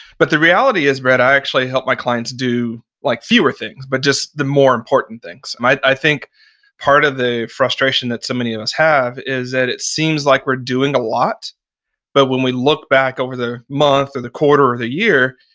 but the reality is, brett, i actually help my clients do like fewer things, but just the more important things. i think part of the frustration that so many of us have is that it seems like we're doing a lot but when we look back over the month or the quarter or the year,